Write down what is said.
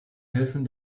helfen